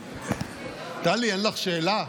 טלי, אין לך שאלה?